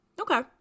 Okay